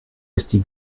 esti